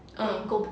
ah